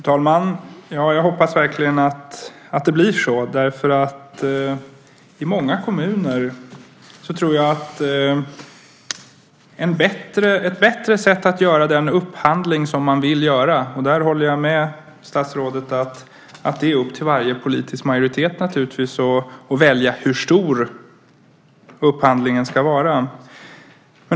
Fru talman! Jag hoppas verkligen att det blir så. I många kommuner vore det ett bättre sätt att göra den upphandling som man vill göra. Där håller jag med statsrådet att det är upp till varje politisk majoritet att välja hur stor upphandlingen ska vara.